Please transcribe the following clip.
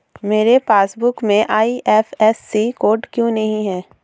मेरे पासबुक में IFSC code क्यो नहीं है?